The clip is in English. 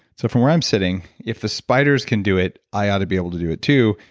so from where i'm sitting, if the spiders can do it, i ought to be able to do it too,